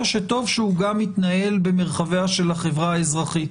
שטוב שהוא גם יתנהל במרחביה של החברה האזרחית.